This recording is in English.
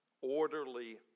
orderly